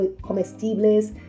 comestibles